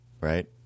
right